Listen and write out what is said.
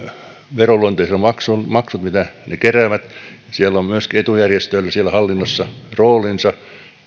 veroluonteiset maksut maksut mitä ne keräävät siellä on myöskin etujärjestöillä siellä hallinnossa roolinsa